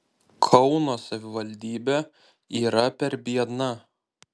kauno savivaldybė yra per biedna